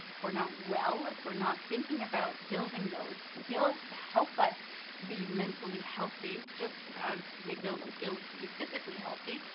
if we're not well, if we're not thinking about building those skills to help us be mentally healthy, just as we build skills to be physically healthy,